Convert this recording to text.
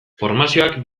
formazioak